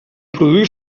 produir